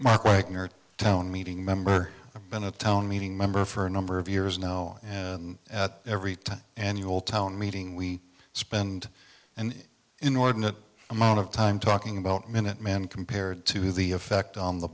mike nerd town meeting member been a town meeting member for a number of years now and at every time annual town meeting we spend an inordinate amount of time talking about minute man compared to the effect on the